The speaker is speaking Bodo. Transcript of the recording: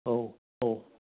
औ औ